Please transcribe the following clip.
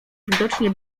widocznie